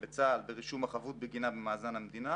בצה"ל ברישום החבות בגינה במאזן המדינה.